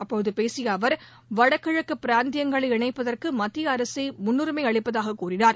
அப்போது பேசிய அவர் வடகிழக்கு பிராந்தியங்களை இணைப்பதற்கு மத்திய அரசு முன்னுரிமை அளிப்பதாக கூறினார்